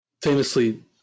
Famously